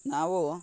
ನಾವು